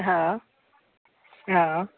हँ हँ